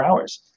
hours